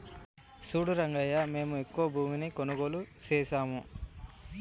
సూడు రంగయ్యా మేము ఎక్కువ భూమిని కొనుగోలు సేసాము